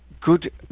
good